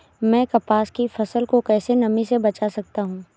मैं कपास की फसल को कैसे नमी से बचा सकता हूँ?